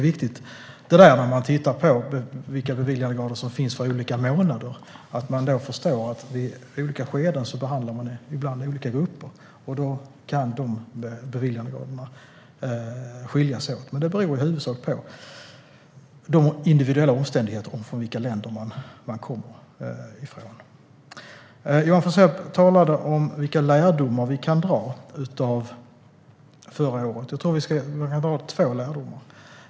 När man tittar på beviljandegrad för olika månader är det viktigt att förstå att man i olika skeden ibland behandlar olika grupper, och då kan beviljandegraderna skilja sig åt. Graden av beviljande beror i huvudsak på individuella omständigheter och från vilket land man kommer. Johan Forssell talade om vilka lärdomar vi kan dra av förra året. Jag tror att vi kan dra två lärdomar.